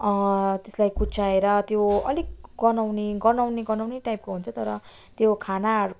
त्यसलाई कुच्चाएर त्यो अलिक गन्हाउने गन्हाउने गन्हाउने टाइपको हुन्छ तर त्यो खानाहरू